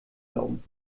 glauben